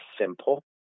simple